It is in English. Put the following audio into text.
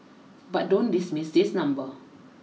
but don't dismiss this number